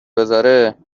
بذاره